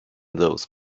those